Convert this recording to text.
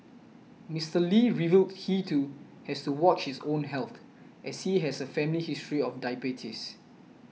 Mister Lee revealed he too has to watch his own health as he has a family history of diabetes